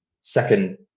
second